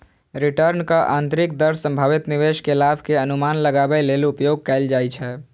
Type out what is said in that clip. रिटर्नक आंतरिक दर संभावित निवेश के लाभ के अनुमान लगाबै लेल उपयोग कैल जाइ छै